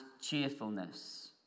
cheerfulness